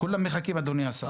כולם מחכים, אדוני השר.